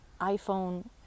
iPhone